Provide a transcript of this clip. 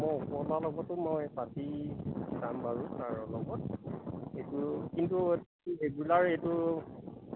মই পাতি চাম বাৰু তাৰ লগত এইটো কিন্তু ৰেগুলাৰ এইটো